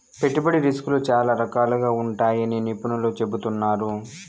పెట్టుబడి రిస్కులు చాలా రకాలుగా ఉంటాయని నిపుణులు చెబుతున్నారు